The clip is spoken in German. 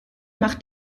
macht